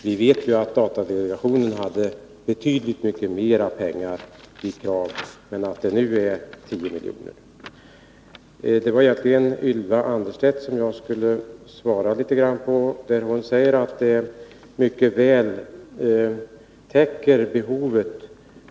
Vi vet att datadelegationen har begärt mycket mera pengar, men nu är det alltså fråga om 10 miljoner. Sedan några ord som svar till Ylva Annerstedt. Hon säger att beloppet mycket väl täcker behovet.